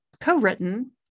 co-written